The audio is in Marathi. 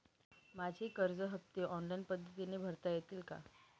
माझे कर्ज हफ्ते ऑनलाईन पद्धतीने भरता येतील का?